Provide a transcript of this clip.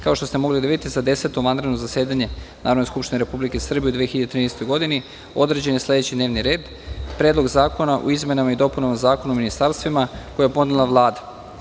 Kao što ste mogli da vidite, za Deseto vanredno zasedanje Narodne skupštine Republike Srbije u 2013. godini, određen je sledeći D n e v n ir e d 1. Predlog zakona o izmenama i dopunama Zakona o ministarstvima, koje je podnela Vlada.